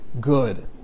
good